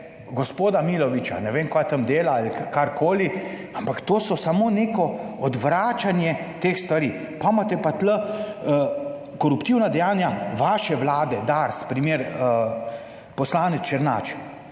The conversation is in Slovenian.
gospoda Milovića, ne vem kaj tam dela ali karkoli, ampak to je samo neko odvračanje teh stvari pa imate pa tu koruptivna dejanja vaše vlade Dars, primer poslanec Černač,